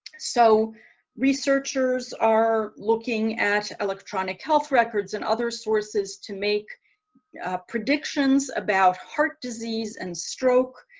so researchers are looking at electronic health records and other sources to make predictions about heart disease and stroke,